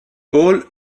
paul